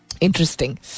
Interesting